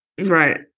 Right